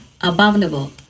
abominable